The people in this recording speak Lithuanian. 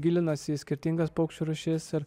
gilinasi į skirtingas paukščių rūšis ir